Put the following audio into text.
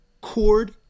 cord